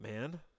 man